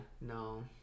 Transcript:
No